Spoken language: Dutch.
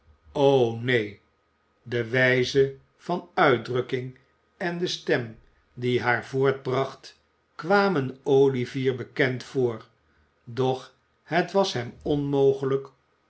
o neen de wijze van uitdrukking en de stem die haar voortbracht kwamen olivier bekend voor doch het was hem onmogelijk